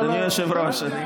אדוני היושב-ראש.